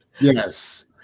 Yes